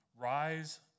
rise